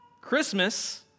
Christmas